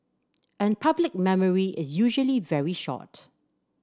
and public memory is usually very short